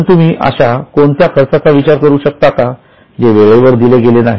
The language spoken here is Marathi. पण तुम्ही अशा कोणत्या खर्चाचा विचार करू शकता का जे वेळेवर दिले गेलेले नाही